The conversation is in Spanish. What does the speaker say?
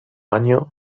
año